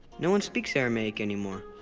no one speaks aramaic anymore.